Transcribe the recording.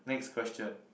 next question